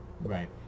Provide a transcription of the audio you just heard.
Right